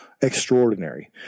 extraordinary